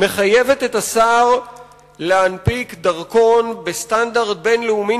מחייבת את השר להנפיק דרכון בסטנדרט בין-לאומי